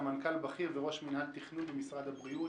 סמנכ"ל בכיר וראש מינהל תכנון במשרד הבריאות.